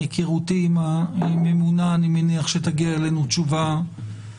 מהיכרותי עם הממונה אני מניח שתגיע אלינו תשובה